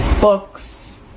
books